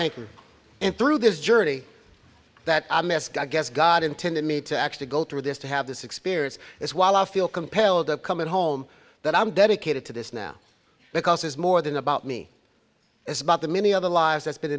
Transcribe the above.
and through this journey that i missed guess god intended me to actually go through this to have this experience this while i feel compelled to come home that i'm dedicated to this now because it's more than about me it's about the many other lives that's been